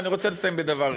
ואני רוצה לסיים בדבר אחד: